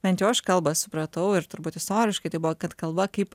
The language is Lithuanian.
bent jau aš kalbą supratau ir turbūt istoriškai tai buvo kad kalba kaip